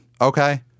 Okay